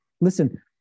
Listen